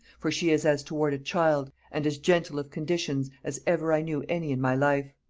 for she is as toward a child, and as gentle of conditions, as ever i knew any in my life.